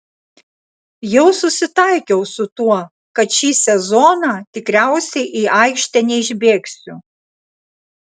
jau susitaikiau su tuo kad šį sezoną tikriausiai į aikštę neišbėgsiu